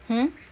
hmm